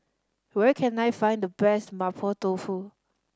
where can I find the best Mapo Tofu